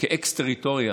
כאקס-טריטוריה